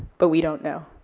but we don't know,